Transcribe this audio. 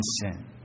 sin